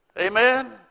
Amen